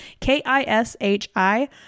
K-I-S-H-I